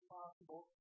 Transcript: possible